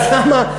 אז למה,